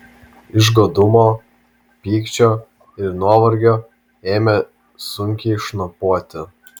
iš godumo pykčio ir nuovargio ėmė sunkiai šnopuoti